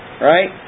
right